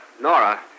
Nora